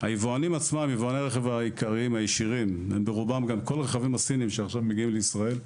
הרכבים הסיניים שמגיעים עכשיו לישראל,